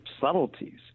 subtleties